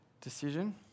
decision